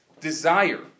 desire